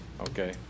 Okay